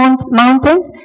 mountains